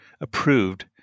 approved